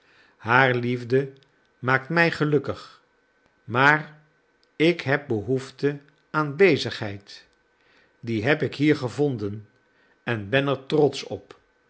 haar liefde maakt mij gelukkig maar ik heb behoefte aan bezigheid die heb ik hier gevonden en ben er trotsch op